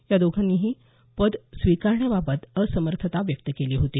या दोघांनीही पद स्वीकारण्याबाबत असमर्थता व्यक्त केली होती